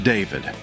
David